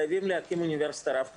חייבים להקים אוניברסיטה רב קמפוסית.